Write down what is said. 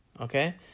okay